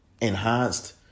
enhanced